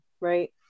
right